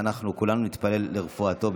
ואנחנו כולנו נתפלל לרפואתו,